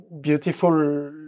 beautiful